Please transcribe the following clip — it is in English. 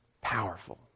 powerful